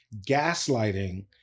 gaslighting